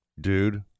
dude